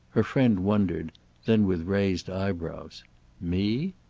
her friend wondered then with raised eyebrows me?